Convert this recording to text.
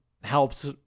helps